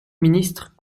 ministre